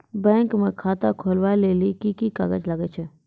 Bank म खाता खोलवाय लेली की की कागज लागै छै?